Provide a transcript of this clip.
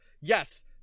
yes